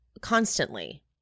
constantly